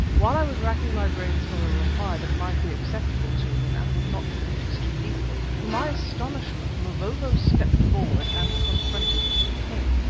while i was racking my brains for a reply that might be acceptable to him and would not commit us too deeply, to my astonishment mavovo stepped forward and confronted the king.